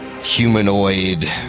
humanoid